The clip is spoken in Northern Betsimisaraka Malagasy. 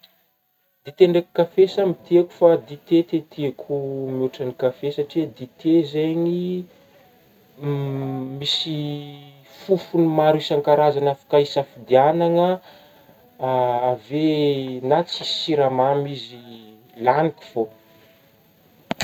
Dite ndraiky kafe samy tiako fa dite tiatiako mihôtra ny kafe satria dite zegny misy fofogny maro isan-karazagny afaka isafidianagna avy eo na tsisy siramamy izy lagniko fô.